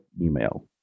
email